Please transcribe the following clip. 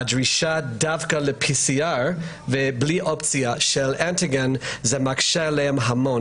הדרישה ל-PCR ובלי אופציה לאנטיגן מקשה עליהם רבות,